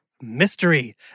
mystery